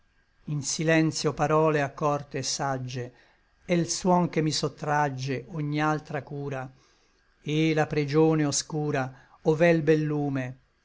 in silentio parole accorte et sagge e l suon che mi sottragge ogni altra cura et la pregione oscura ov'è l bel lume